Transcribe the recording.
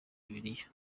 bibiliya